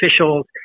officials